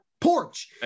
porch